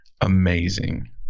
amazing